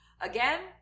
again